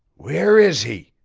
where is he?